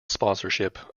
sponsorship